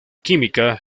química